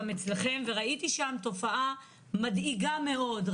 הייתי גם אצלכם וראיתי שם תופעה מדאיגה מאוד.